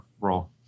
role